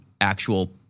actual